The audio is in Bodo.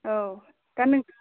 औ दा नोंसोर